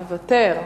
מוותר,